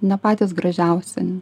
ne patys gražiausi